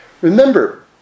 Remember